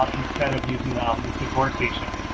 ah instead of using the um the sift workstation.